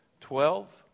Twelve